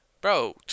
bro